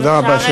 תודה רבה.